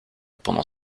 pendant